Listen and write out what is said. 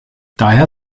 daher